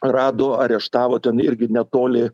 rado areštavo ten irgi netoli